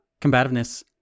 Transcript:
combativeness